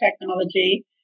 technology